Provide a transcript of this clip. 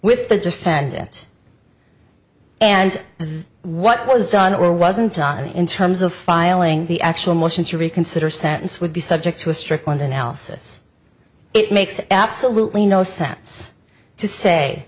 with the defendant and then what was done or wasn't on in terms of filing the actual motion to reconsider sentence would be subject to a strict one else it makes absolutely no sense to say